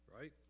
right